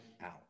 out